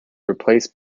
replace